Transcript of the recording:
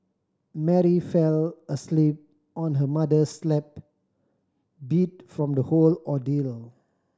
Mary fell asleep on her mother's lap beat from the whole ordeal